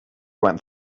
went